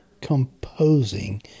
composing